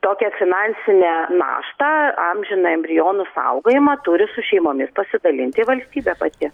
tokią finansinę naštą amžiną embrionų saugojimą turi su šeimomis pasidalinti valstybė pati